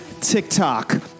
tiktok